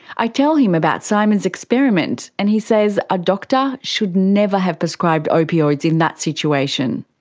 i tell him about simon's experiment, and he says a doctor should never have prescribed opioids in that situation.